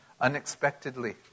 unexpectedly